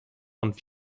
und